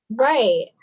right